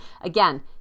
Again